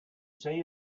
say